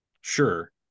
Sure